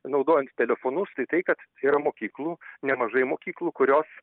naudojant telefonus tai tai kad yra mokyklų nemažai mokyklų kurios